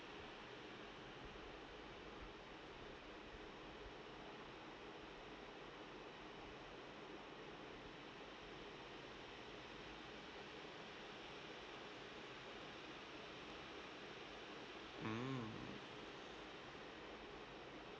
mm